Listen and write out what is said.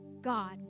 God